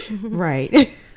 right